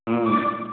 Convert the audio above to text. হুম